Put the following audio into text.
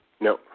No